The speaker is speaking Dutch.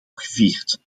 gevierd